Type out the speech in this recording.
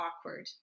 awkward